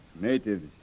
Natives